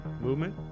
movement